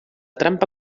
trampa